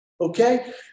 Okay